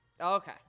Okay